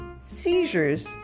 Seizures